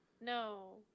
No